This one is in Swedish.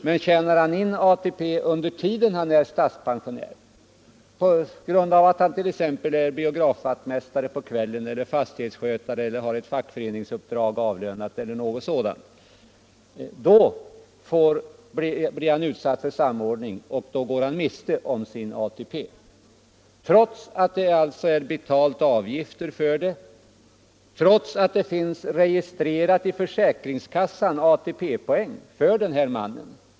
Men tjänar han in ATP-poäng under tiden han är statspensionär, t.ex. genom att vara biografvaktmästare på kvällen, fastighetsskötare eller genom att ha ett avlönat fackföreningsuppdrag, blir han utsatt för samordningen, och då går han miste om sin ATP, trots att det betalts ATP avgifter och trots att man på försäkringskassan har registrerat ATP-poäng för den här mannen.